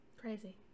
Crazy